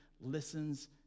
listens